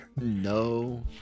No